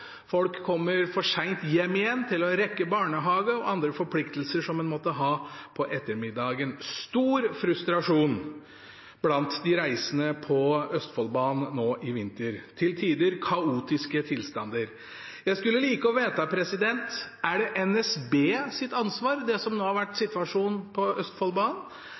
folk kommer for sent hjem igjen til å rekke barnehage og andre forpliktelser en måtte ha på ettermiddagen. Det er stor frustrasjon blant de reisende på Østfoldbanen i vinter – til tider kaotiske tilstander. Jeg skulle likt å vite om det er NSBs ansvar, de problemene som vi har sett på Østfoldbanen